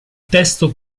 testo